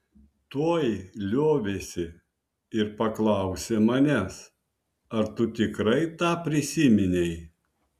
tuoj liovėsi ir paklausė manęs ar tu tikrai tą prisiminei